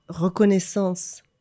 reconnaissance